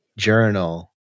journal